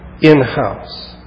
in-house